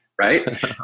right